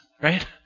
right